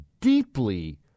deeply